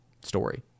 story